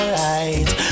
right